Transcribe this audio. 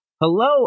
hello